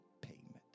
payment